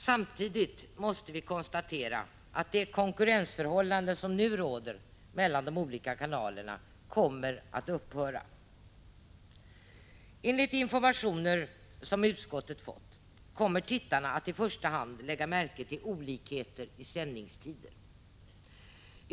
Samtidigt måste vi konstatera att det konkurrensförhållande som nu råder mellan de olika kanalerna kommer att upphöra. Enligt informationer som utskottet fått kommer tittarna att i första hand lägga märke till olikheter i sändningstider.